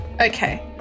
okay